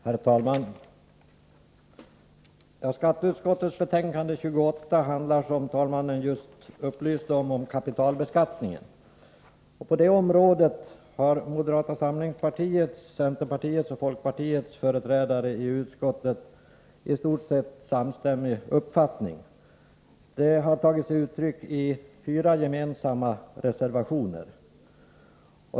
Herr talman! Skatteutskottets betänkande 28 handlar om, som talmannen just upplyste om, kapitalbeskattningen. På det här området har moderata samlingspartiets, centerpartiets och folkpartiets företrädare i utskottet i stort sett samstämmig uppfattning. Det har tagit sig uttryck i fyra gemensamma reservationer.